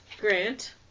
grant